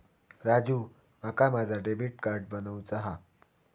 राजू, माका माझा debit card बनवूचा हा